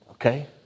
Okay